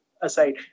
aside